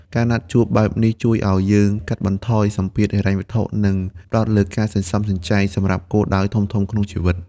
ការណាត់ជួបបែបនេះជួយឱ្យយើងកាត់បន្ថយសម្ពាធហិរញ្ញវត្ថុ និងផ្ដោតលើការសន្សំសំចៃសម្រាប់គោលដៅធំៗក្នុងជីវិត។